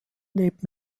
lebt